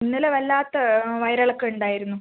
ഇന്നലെ വല്ലാത്ത വയറിളക്കം ഉണ്ടായിരുന്നു